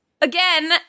Again